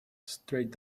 straight